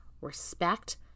respect